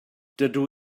dydw